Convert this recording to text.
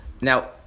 now